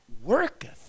worketh